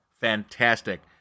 Fantastic